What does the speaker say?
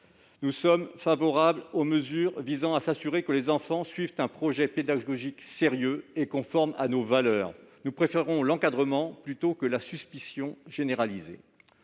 Nous sommes également favorables aux mesures qui visent à s'assurer que les enfants suivent un projet pédagogique sérieux et conforme à nos valeurs. Nous préférons l'encadrement plutôt que la suspicion généralisée.